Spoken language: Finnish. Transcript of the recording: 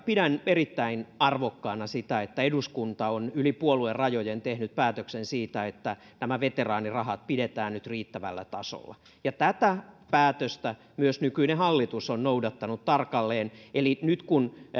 pidän erittäin arvokkaana sitä että eduskunta on yli puoluerajojen tehnyt päätöksen siitä että nämä veteraanirahat pidetään nyt riittävällä tasolla tätä päätöstä myös nykyinen hallitus on noudattanut tarkalleen eli nyt kun